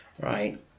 right